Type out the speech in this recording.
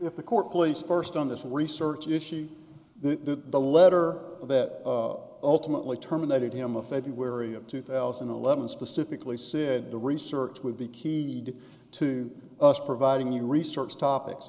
if the court please first on this research issue the the letter that ultimately terminated him of february of two thousand and eleven specifically said the research would be key to us providing you research topics